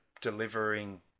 delivering